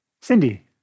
Cindy